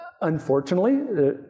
unfortunately